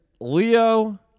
Leo